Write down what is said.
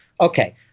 Okay